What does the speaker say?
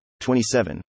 27